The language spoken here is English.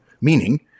meaning-